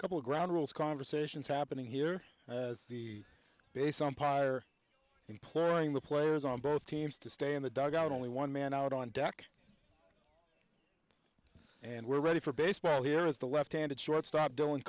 couple of ground rules conversations happening here as the base umpire employing the players on both teams to stay in the dugout only one man out on deck and we're ready for baseball here is a left handed shortstop do